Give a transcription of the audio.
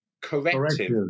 corrective